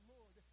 Lord